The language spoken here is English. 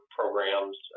programs